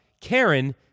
Karen